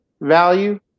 value